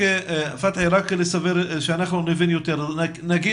אולי לגייס בכוחות